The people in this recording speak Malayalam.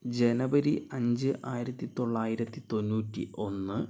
ജനുവരി അഞ്ച് ആയിരത്തി തൊള്ളായിരത്തി തൊണ്ണൂറ്റി ഒന്ന്